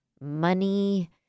money